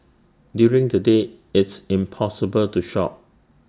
during the day it's impossible to shop